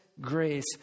grace